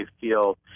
feel